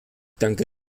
danke